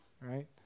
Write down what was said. right